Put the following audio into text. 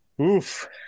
oof